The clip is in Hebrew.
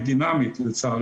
זה לא מכסה את כל הצורך.